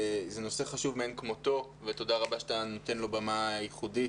זה נושא חשוב מאין כמותו ותודה רבה שאתה נותן לו במה ייחודית.